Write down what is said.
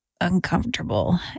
uncomfortable